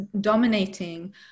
dominating